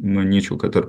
manyčiau kad ir